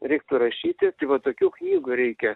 reiktų rašyti tai va tokių knygų reikia